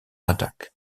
attack